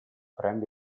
prende